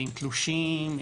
עם תלושים,